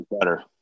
better